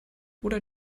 oder